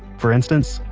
for instance,